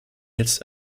jetzt